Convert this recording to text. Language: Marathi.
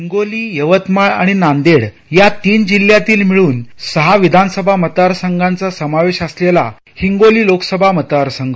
हिंगोली यवतमाळ आणि नांदेड या तीन जिल्ह्यातील मिळून सहा विधानसभा मतदार संघाचा समावेश असलेला हिंगोली लोकसभा मतदार संघ